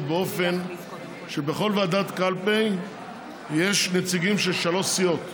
באופן שבכל ועדת קלפי יש נציגים של שלוש סיעות.